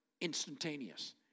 instantaneous